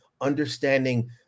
understanding